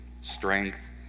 strength